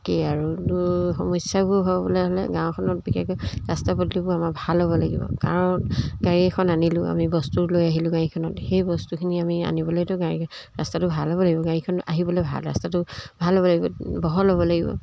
কি আৰু সমস্যাবোৰ হ'বলৈ হ'লে গাঁওখনত বিশেষকৈ ৰাস্তা পদূলিবোৰ আমাৰ ভাল হ'ব লাগিব কাৰণ গাড়ী এখন আনিলোঁ আমি বস্তু লৈ আহিলোঁ গাড়ীখনত সেই বস্তুখিনি আমি আনিবলৈতো গাড়ী ৰাস্তাটো ভাল হ'ব লাগিব গাড়ীখন আহিবলৈ ভাল ৰাস্তাটো ভাল হ'ব লাগিব বহল হ'ব লাগিব